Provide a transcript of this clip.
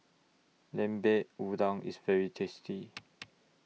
Lemper Udang IS very tasty